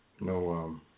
No